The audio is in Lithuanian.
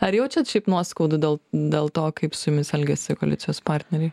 ar jaučiat šiaip nuoskaudų dėl dėl to kaip su jumis elgėsi koalicijos partneriai